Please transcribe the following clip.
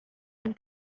had